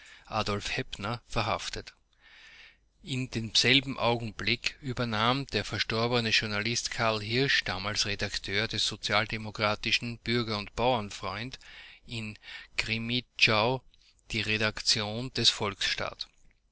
adolf hepner verhaftet in demselben augenblick übernahm der verstorbene journalist carl hirsch damals redakteur des sozialdemokratischen bürger und bauernfreund in krimmitschau die redaktion des volksstaat